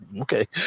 Okay